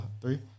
three